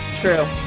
True